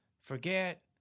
forget